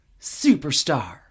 superstar